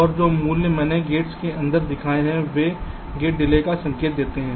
और जो मूल्य मैंने गेट्स के अंदर दिखाए वे गेट डिले का संकेत देते हैं